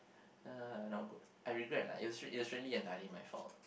uh not good I regret lah it was it was really entirely my fault